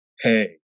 hey